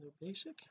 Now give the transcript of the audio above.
basic